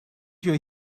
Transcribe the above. you